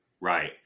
Right